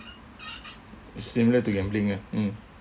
is similar to gambling eh mm